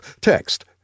text